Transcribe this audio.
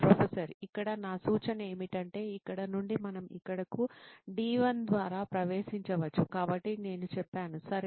professor ఇక్కడ నా సూచన ఏమిటంటే ఇక్కడ నుండి మనం ఇక్కడకు D1 ద్వారా ప్రవేశించవచ్చు కాబట్టి నేను చెప్పాను సరే